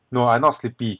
no I not sleepy